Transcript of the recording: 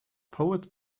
poet